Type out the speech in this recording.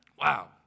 Wow